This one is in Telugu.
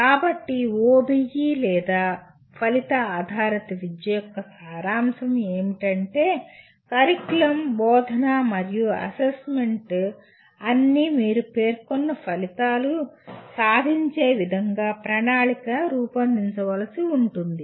కాబట్టి OBE లేదా ఫలిత ఆధారిత విద్య యొక్క సారాంశం ఏమిటంటే కరికులం బోధన మరియు అసెస్మెంట్ అన్నీ మీరు పేర్కొన్న ఫలితాలు సాధించే విధంగా ప్రణాళిక రూపొందించవలసి ఉంటుంది